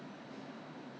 oh